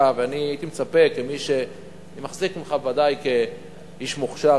והייתי מצפה כמי שמחזיק ממך ודאי כאיש מוכשר,